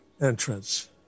Entrance